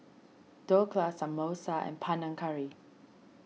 Dhokla Samosa and Panang Curry